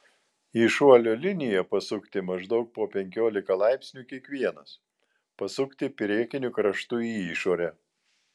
į šuolio liniją pasukti maždaug po penkiolika laipsnių kiekvienas pasukti priekiniu kraštu į išorę